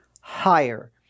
higher